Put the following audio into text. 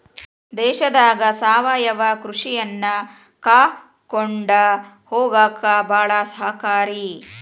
ದೇಶದಾಗ ಸಾವಯವ ಕೃಷಿಯನ್ನಾ ಕಾಕೊಂಡ ಹೊಗಾಕ ಬಾಳ ಸಹಕಾರಿ